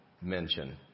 mention